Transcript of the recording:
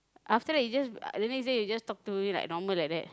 after that he just the next day he just talk to me like normal like that